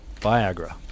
Viagra